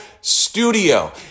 studio